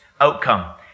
outcome